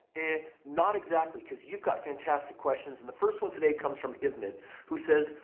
not exactly. because you've got fantastic questions and the first one today comes from edmond who says,